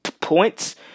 points